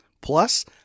Plus